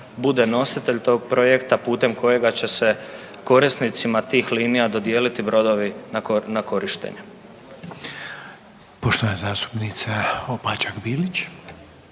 bude nositelj tog projekta putem kojega će se korisnicama tih linija dodijeliti brodovi na korištenje. **Reiner, Željko